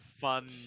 fun